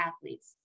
athletes